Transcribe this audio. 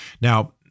Now